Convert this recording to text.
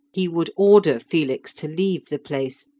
he would order felix to leave the place,